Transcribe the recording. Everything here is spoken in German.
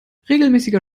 regelmäßiger